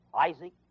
Isaac